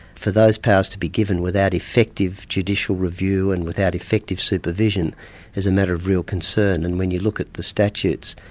for those powers to be given without effective judicial review and without effective supervision is a matter of real concern. and when you look at the statutes,